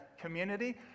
community